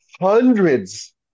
hundreds